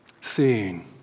Seeing